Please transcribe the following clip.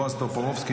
בועז טופורובסקי,